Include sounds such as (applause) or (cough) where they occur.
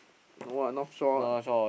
no lah North-Shore ah (noise)